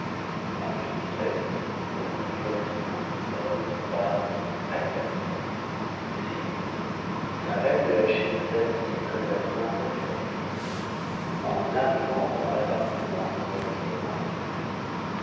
sire la reine de la chine s'assit près de la princesse sa fille en arrivau dans l'appartement où eue était renfermée